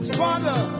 father